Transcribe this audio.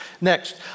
Next